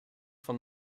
von